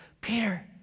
Peter